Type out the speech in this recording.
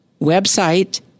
website